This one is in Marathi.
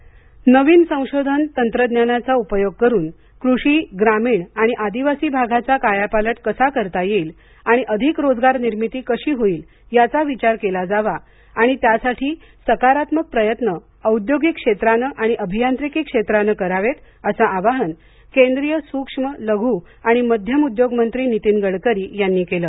गडकरी नवीन संशोधन तंत्रज्ञानाचा उपयोग करून कृषी ग्रामीण आणि आदिवासी भागाचा कायापालट कसा करता येईल आणि अधिक रोजगार निर्मिती कशी होईल याचा विचार केला जावा आणि त्यासाठी सकारात्मक प्रयत्न औद्योगिक क्षेत्रानं आणि अभियांत्रिकी क्षेत्रानं करावे असं आवाहन केंद्रीय सूक्ष्म लघू आणि मध्यम उद्योग मंत्री नीतीन गडकरी यांनी केलं